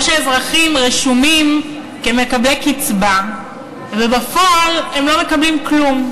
או שאזרחים רשומים כמקבלי קצבה ובפועל הם לא מקבלים כלום.